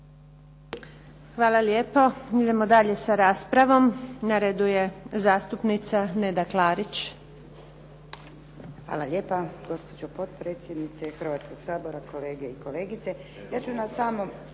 Hvala lijepo. Idemo dalje sa raspravom. Na redu je zastupnica Neda Klarić. **Klarić, Nedjeljka (HDZ)** Hvala lijepa gospođo potpredsjednice Hrvatskog sabora, kolege i kolegice.